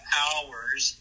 hours